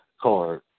card